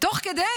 ותוך כדי,